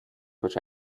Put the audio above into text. which